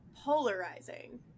polarizing